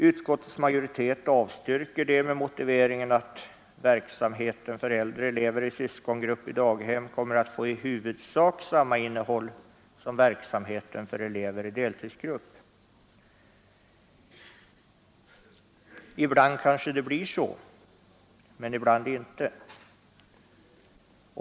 Utskottsmajoriteten avstyrker detta med motiveringen att verksamheten för äldre elever i syskongrupp i daghem kommer att få i huvudsak samma innehåll som verksamheten för elever i deltidsgrupp. Ibland kanske det blir så, men ibland inte.